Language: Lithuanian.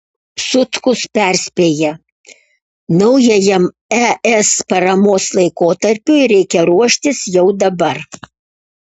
sutkus perspėja naujajam es paramos laikotarpiui reikia ruoštis jau dabar